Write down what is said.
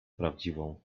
prawdziwą